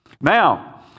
Now